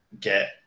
get